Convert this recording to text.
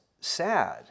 sad